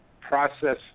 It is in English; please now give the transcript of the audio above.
process